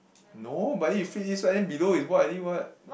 no but then you face this side then below is white already what